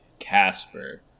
Casper